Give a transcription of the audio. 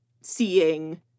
seeing